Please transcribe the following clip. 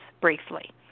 briefly